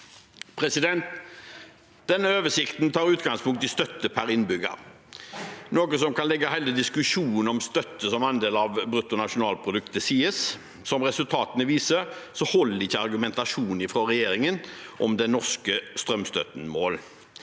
Storbritannia. Denne oversikten tar utgangspunkt i støtte per innbygger, noe som kan legge hele diskusjonen om støtte som andel av bruttonasjonalproduktet til side. Som resultatene viser, holder ikke argumentasjonen fra regjeringen om den norske strømstøtten mål,